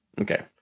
Okay